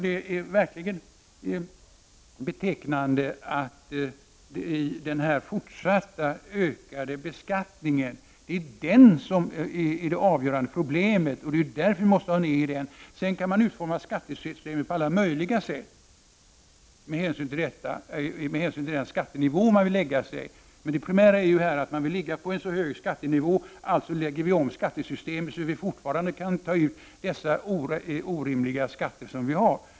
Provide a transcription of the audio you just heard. Det är den fortsatta ökade beskattningen som är det avgörande problemet. Det är därför vi måste ha ned den. Sedan kan man utforma skattesystemet på alla möjliga sätt, med hänsyn till den skattenivå man vill lägga sig på. Det primära är att man vill ha en så hög skattenivå och att man därför lägger om skattesystemet, så att man fortfarande kan ta ut dessa orimliga skatter.